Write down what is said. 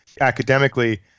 Academically